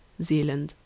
Zealand